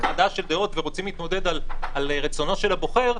חדש של דעות ורוצים להתמודד על רצונו של הבוחר,